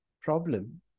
problem